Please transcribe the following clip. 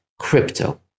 crypto